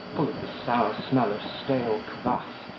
full of the sour smell of stale kvas,